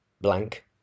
blank